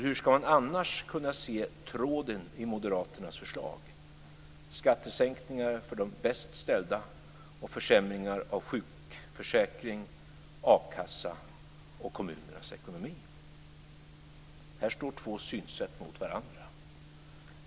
Hur ska man annars kunna se tråden i moderaternas förslag - skattesänkningar för de bäst ställda och försämringar av sjukförsäkring, a-kassa och kommunernas ekonomi? Här står två synsätt mot varandra.